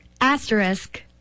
Asterisk